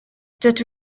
dydw